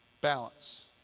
Balance